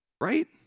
right